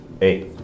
Eight